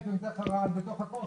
הייתי נותנת לך רעל בתוך הכוס.